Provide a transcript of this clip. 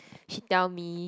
she tell me